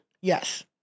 yes